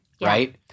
Right